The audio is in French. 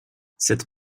cette